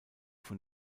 von